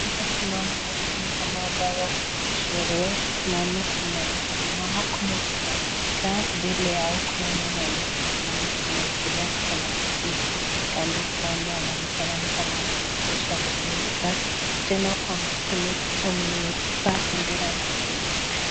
Hapa tunaona watu ni kama ambao wako kwa sherehe. Tunaona kuna wenye wamesimama kuna wenye wamekaa. Mbele yao kuna mama amesimama amewekelea mkono yake . Kando kando anaonekana ni kama anaongelesha waliokaa tena amevaa bendera la Kenya.